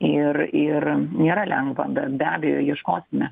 ir ir nėra lengva be be abejo ieškosime